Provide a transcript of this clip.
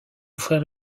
frère